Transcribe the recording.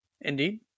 indeed